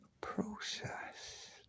Process